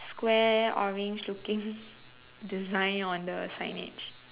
square orange looking design on the signage